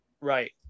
Right